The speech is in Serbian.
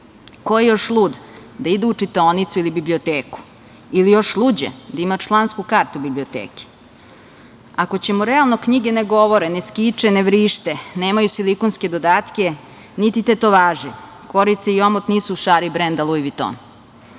Ko je još lud da ide u čitaonicu ili biblioteku, ili još luđe da ima člansku kartu biblioteke? Ako ćemo realno, knjige ne govore, ne skiče, ne vrište, nemaju silikonske dodatke, niti tetovaže, korice i omot nisu u šari brenda Luj Viton. Ako